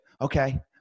Okay